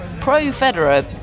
pro-Federer